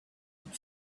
and